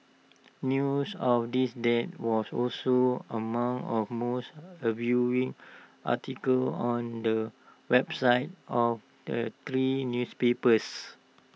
news of this death was also among of most A viewing articles on the websites of the three newspapers